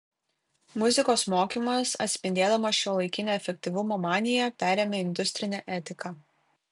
muzikos mokymas atspindėdamas šiuolaikinę efektyvumo maniją perėmė industrinę etiką